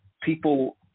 people